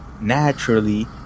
naturally